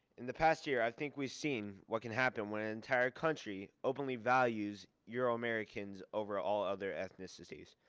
in the past year i think we've seen what can happen when an entire country openly values euro americans over all other ethnicities.